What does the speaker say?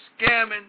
scamming